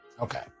Okay